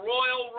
Royal